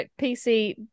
pc